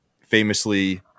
famously